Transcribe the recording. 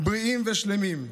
בריאים ושלמים.